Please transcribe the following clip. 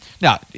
Now